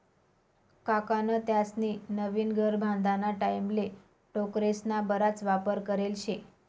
काकान त्यास्नी नवीन घर बांधाना टाईमले टोकरेस्ना बराच वापर करेल शे